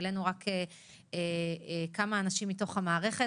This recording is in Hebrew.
העלינו רק כמה אנשים מתוך המערכת.